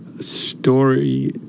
story